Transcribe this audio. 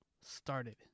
started